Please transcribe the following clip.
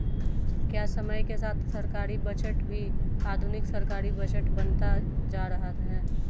क्या समय के साथ सरकारी बजट भी आधुनिक सरकारी बजट बनता जा रहा है?